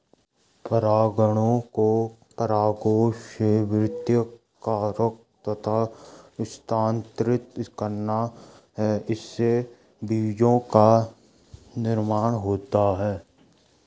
परागकणों को परागकोश से वर्तिकाग्र तक स्थानांतरित करना है, इससे बीजो का निर्माण होता है